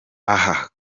aha